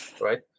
right